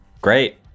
great